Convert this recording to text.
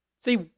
See